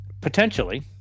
potentially